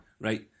right